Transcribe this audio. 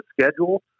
schedule